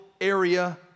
area